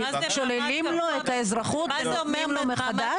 שוללים לו את האזרחות ונותנים לו מחדש?